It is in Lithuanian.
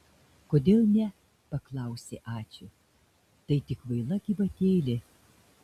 kodėl ne paklausė ačiū tai tik kvaila gyvatėlė